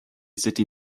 city